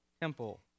temple